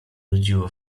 nudziło